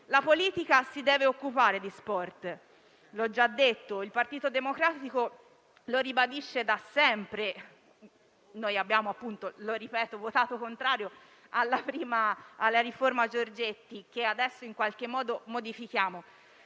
La politica si deve occupare di sport. Come ho già detto, il Partito Democratico lo ribadisce da sempre. Noi abbiamo votato contro la riforma Giorgetti, che adesso in qualche modo modifichiamo.